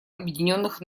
объединенных